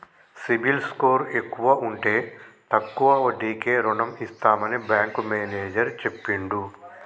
CIBIL score ఎక్కువ ఉంటే తక్కువ వడ్డీకే రుణం ఇస్తామని బ్యాంకు మేనేజర్ చెప్పిండు